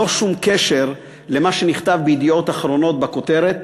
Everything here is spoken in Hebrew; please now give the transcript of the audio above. ללא שום קשר למה שנכתב ב"ידיעות אחרונות" בכותרת,